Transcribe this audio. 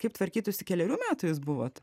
kaip tvarkytųsi kelerių metų jūs buvot